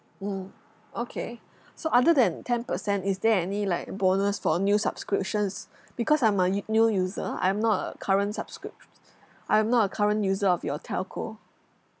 mm okay so other than ten percent is there any like bonus for new subscriptions because I'm a u~ new user I'm not a current subscrip~ I am not a current user of your telco